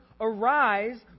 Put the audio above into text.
arise